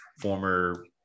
former